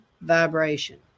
vibration